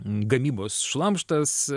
gamybos šlamštas